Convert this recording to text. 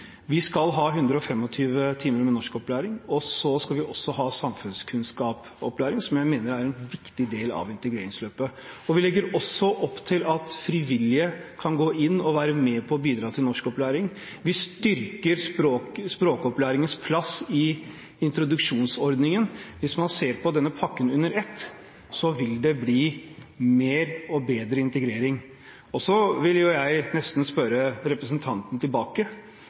Vi skal ha 125 timer med norskopplæring, og vi skal også ha samfunnskunnskapsopplæring, som jeg mener er en viktig del av integreringsløpet. Vi legger også opp til at frivillige kan gå inn og være med på å bidra til norskopplæring. Vi styrker språkopplæringens plass i introduksjonsordningen. Hvis man ser på denne pakken under ett, vil det bli mer og bedre integrering. Så vil jeg nesten spørre representanten tilbake